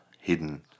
hidden